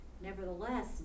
nevertheless